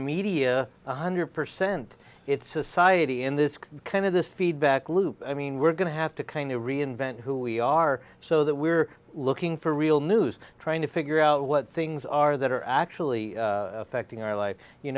media one hundred percent it's society in this kind of this feedback loop i mean we're going to have to kind of reinvent who we are so that we're looking for real news trying to figure out what things are that are actually affecting our life you